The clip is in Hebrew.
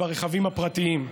ברכבים הפרטיים.